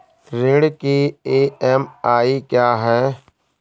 ऋण की ई.एम.आई क्या है?